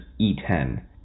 E10